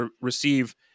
receive